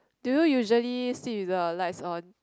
do you usually sleep with the lights on